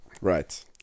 Right